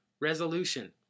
Resolution